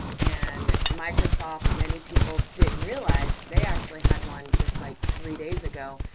and microsoft, many people didn't realize, they actually had one just, like, three days ago,